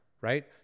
right